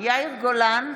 יאיר גולן,